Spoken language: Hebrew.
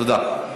תודה.